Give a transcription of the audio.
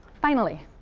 finally,